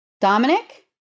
Dominic